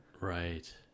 Right